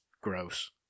gross